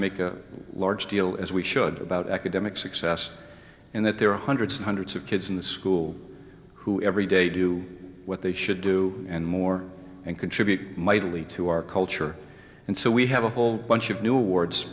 make a large deal as we should about academic success and that there are hundreds and hundreds of kids in the school who every day do what they should do and more and contribute mightily to our culture and so we have a whole bunch of new awards